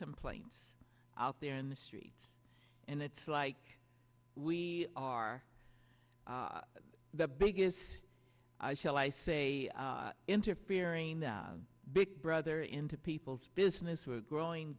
complaints out there in the streets and it's like we are the biggest i shall i say interfering big brother into people's business who are growing